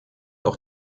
auch